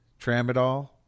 Tramadol